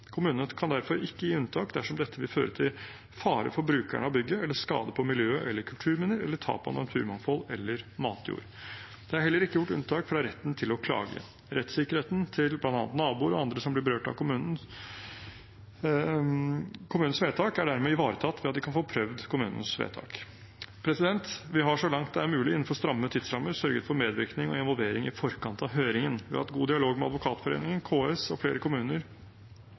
Kommunene kan derfor ikke gi unntak dersom dette vil føre til fare for brukerne av bygget eller skade på miljø eller kulturminner eller til tap av naturmangfold eller matjord. Det er heller ikke gjort unntak fra retten til å klage. Rettssikkerheten til bl.a. naboer og andre som blir berørt av kommunens vedtak, er dermed ivaretatt ved at de kan få prøvd kommunens vedtak. Vi har, så langt det er mulig innenfor stramme tidsrammer, sørget for medvirkning og involvering i forkant av høringen. Vi har hatt god dialog med Advokatforeningen, KS og flere kommuner